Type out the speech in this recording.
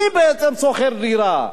מי בעצם שוכר דירה?